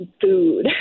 food